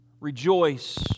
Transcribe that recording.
Rejoice